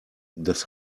das